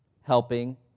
helping